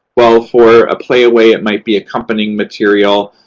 well, for a playaway, it might be accompanying material.